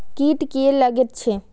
कीट किये लगैत छै?